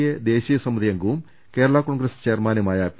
A ദേശീയ സമിതി അംഗവും കേരളാ കോൺഗ്രസ് ചെയർമാനുമായ പി